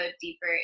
deeper